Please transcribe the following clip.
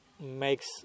makes